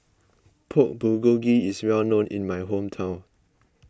Pork Bulgogi is well known in my hometown